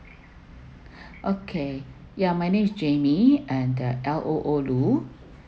okay ya my name is jamie and the L O O loo